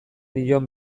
dion